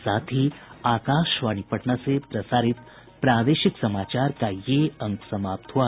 इसके साथ ही आकाशवाणी पटना से प्रसारित प्रादेशिक समाचार का ये अंक समाप्त हुआ